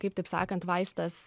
kaip taip sakant vaistas